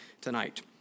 tonight